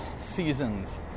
seasons